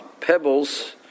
pebbles